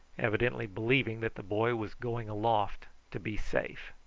evidently believing that the boy was going aloft to be safe.